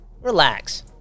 Relax